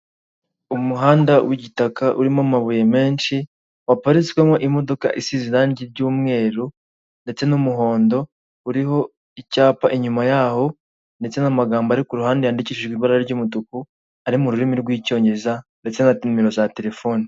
Umuhanda w'igitaka urimo amabuye menshi waparitswemo imodoka isize irangi ry'umweru ndetse n'umuhondo uriho icyapa inyuma yaho ndetse n'amagambo ari kuru ruhande yandikishijwe ibara ry'umutuku ari mu rurimi rw'icyongereza ndetse na nimero za telefoni.